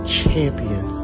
champion